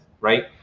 Right